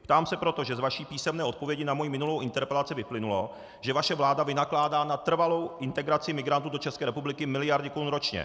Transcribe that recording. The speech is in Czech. Ptám se proto, že z vaší písemné odpovědi na moji minulou interpelaci vyplynulo, že vaše vláda vynakládá na trvalou integraci migrantů do České republiky miliardy korun ročně.